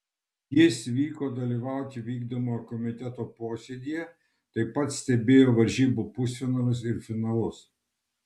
jis vyko dalyvauti vykdomojo komiteto posėdyje taip pat stebėjo varžybų pusfinalius ir finalus